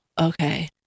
okay